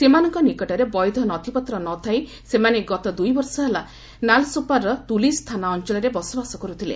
ସେମାନଙ୍କ ନିକଟରେ ବୈଧ ନଧ୍ୟପତ୍ର ନ ଥାଇ ସେମାନେ ଗତ ଦୂଇବର୍ଷ ହେଲା ନାଲ୍ସୋପରାର ତୁଲିକ୍ ଥାନା ଅଞ୍ଚଳରେ ବସବାସ କରୁଥିଲେ